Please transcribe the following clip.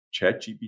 ChatGPT